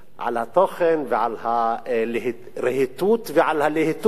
ועל התוכן ועל הרהיטות ועל הלהיטות